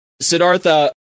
Siddhartha